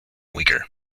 weaker